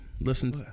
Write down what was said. listen